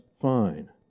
fine